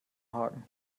haken